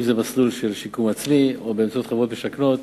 אם זה מסלול של שיקום עצמי או באמצעות חברות משכנות,